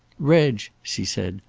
reg, she said,